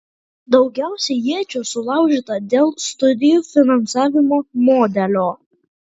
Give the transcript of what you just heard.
daugiausiai iečių sulaužyta dėl studijų finansavimo modelio